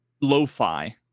lo-fi